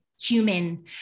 human